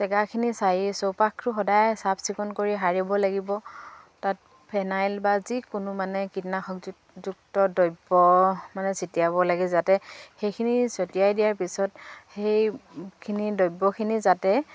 জেগাখিনি চাৰি চৌপাশটো সদায় চাফ চিকুণ কৰি সাৰিব লাগিব তাত ফেনাইল বা যিকোনো মানে কীটনাশক যু যুক্ত দ্ৰব্য মানে ছটিয়াব লাগে যাতে সেইখিনি ছটিয়াই দিয়াৰ পিছত সেইখিনি দ্ৰব্যখিনি যাতে